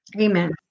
Amen